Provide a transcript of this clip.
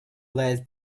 less